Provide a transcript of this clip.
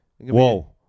whoa